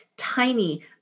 Tiny